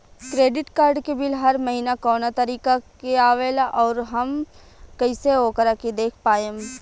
Credit card के bill हर महीना कौना तारीक के आवेला और आउर हम कइसे ओकरा के देख पाएम?